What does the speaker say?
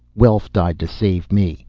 welf died to save me.